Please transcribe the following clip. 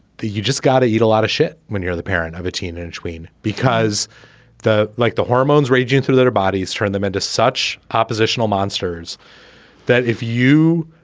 you just gotta eat a lot of shit when you're the parent of a teen and tween because the like the hormones raging through their bodies turn them into such oppositional monsters that if you